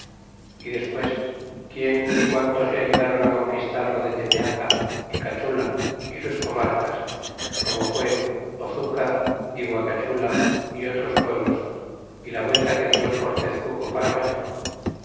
y despues quien y quantos le ayudaron conquistar lo de tepeaca y cachula y sus comarcas como fue ozucar y guacachula y otros pueblos y la vuelta que dimos por tezcuco para méxico